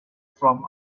from